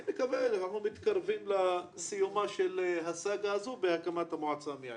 אני מקווה שאנחנו מתקרבים לסיומה של הסאגה הזאת בהקמת המועצה המייעצת.